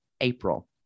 April